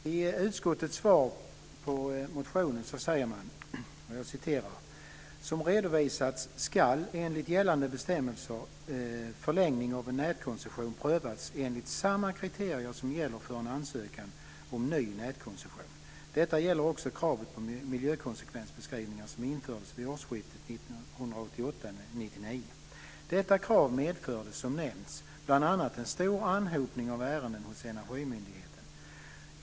I utskottets svar på motionen säger man: "Som redovisats skall enligt gällande bestämmelser förlängning av en nätkoncession prövas enligt samma kriterier som gäller för en ansökan om ny nätkoncession. Detta gäller också kravet på miljökonsekvensbeskrivningar som infördes vid årsskiftet 1998/99. Detta krav medförde, som nämnts, bl.a. en stor anhopning av ärenden hos Energimyndigheten.